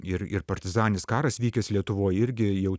ir ir partizaninis karas vykęs lietuvoj irgi jau